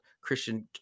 Christian